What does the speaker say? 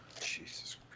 Jesus